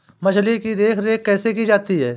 मछली की देखरेख कैसे की जाती है?